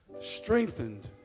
strengthened